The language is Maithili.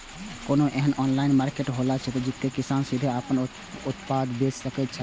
कोनो एहन ऑनलाइन मार्केट हौला जते किसान सीधे आपन उत्पाद बेच सकेत छला?